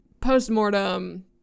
postmortem